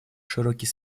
широкий